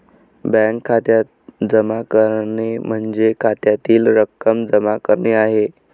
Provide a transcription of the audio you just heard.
bank खात्यात जमा करणे म्हणजे खात्यातील रक्कम जमा करणे आहे